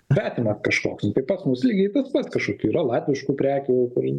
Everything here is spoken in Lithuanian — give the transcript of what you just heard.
svetimas kažkoks tai pas mus lygiai tas pats kašokių yra latviškų prekių kurių